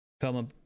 come